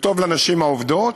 וטוב לנשים העובדות,